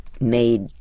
made